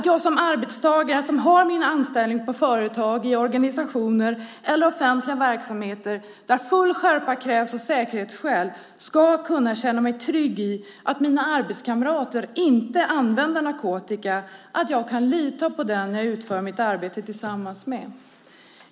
Jag som arbetstagare, som har min anställning på företag, i organisationer eller offentliga verksamheter där full skärpa krävs av säkerhetsskäl, ska kunna känna mig trygg i att mina arbetskamrater inte använder narkotika. Jag ska kunna lita på den som jag utför mitt arbete tillsammans med.